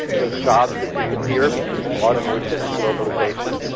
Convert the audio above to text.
those jobs that disappear because of automation and globalisation,